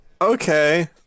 Okay